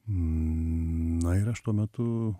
na ir aš tuo metu